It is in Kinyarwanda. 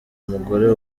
umugore